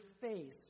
face